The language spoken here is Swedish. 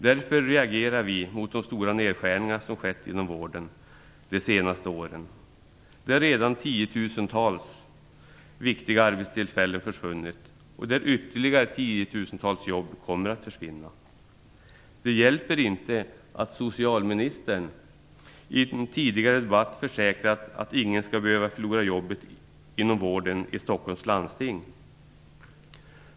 Därför reagerar vi mot de stora nedskärningar som skett inom vården de senaste åren. Tiotusentals viktiga arbetstillfällen har redan försvunnit och ytterligare tiotusentals jobb kommer att försvinna. Det hjälper inte att socialministern i en tidigare debatt försäkrat att ingen skall behöva förlora jobbet inom vården i Stockholms läns landsting.